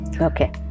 okay